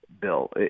Bill